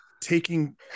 taking